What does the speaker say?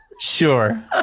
Sure